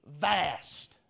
vast